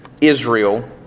Israel